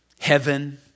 heaven